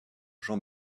jean